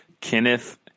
kenneth